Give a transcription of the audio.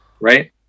right